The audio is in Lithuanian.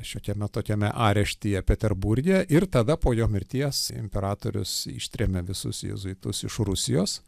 šiokiame tokiame areštyje peterburge ir tada po jo mirties imperatorius ištrėmė visus jėzuitus iš rusijos